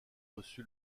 reçu